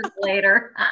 later